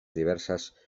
diverses